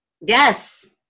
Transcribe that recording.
Yes